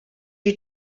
you